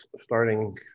Starting